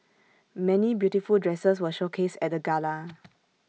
many beautiful dresses were showcased at the gala